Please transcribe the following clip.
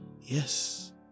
Yes